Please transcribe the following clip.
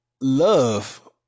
love